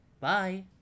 Bye